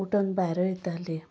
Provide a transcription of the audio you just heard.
उटोन भायर येतालीं